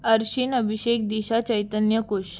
Arshin Abhishek Disha Chaitanya Kush